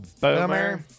Boomer